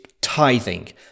tithing